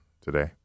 today